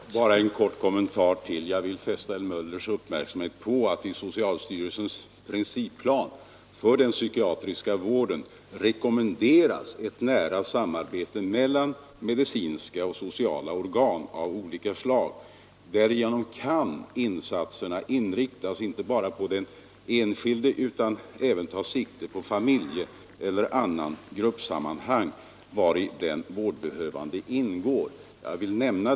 Herr talman! Bara en kort kommentar. Jag vill fästa herr Möllers uppmärksamhet på att i socialstyrelsens principplan för den psykiatriska vården rekommenderas ett nära samarbete mellan medicinska och sociala organ av olika slag. Därigenom kan insatserna inriktas inte bara på den enskilde utan även ta sikte på det familjeoch gruppsammanhang vari den vårdbehövande ingår.